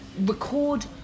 record